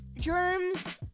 germs